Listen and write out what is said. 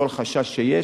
כל חשש שיש,